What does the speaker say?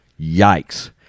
Yikes